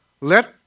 let